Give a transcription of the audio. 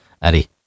Allez